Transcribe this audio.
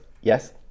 yes